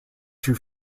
too